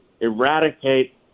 eradicate